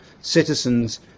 citizens